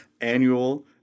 Annual